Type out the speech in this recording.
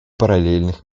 параллельных